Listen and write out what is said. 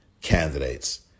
candidates